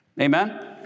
Amen